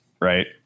Right